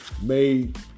made